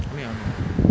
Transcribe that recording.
没当 lah